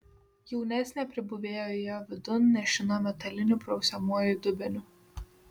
jaunesnė pribuvėja įėjo vidun nešina metaliniu prausiamuoju dubeniu